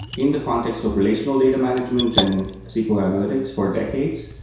in the context of relational data management and sql analytics for decades,